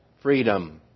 freedom